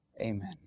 Amen